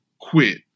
quit